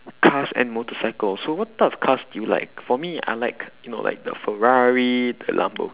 cars and motorcycles so what type of cars do you like for me I like you know like the ferrari the lambo~